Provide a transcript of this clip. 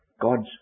God's